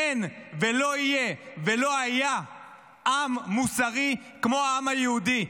אין ולא יהיה ולא היה עם מוסרי כמו העם היהודי.